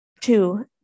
Two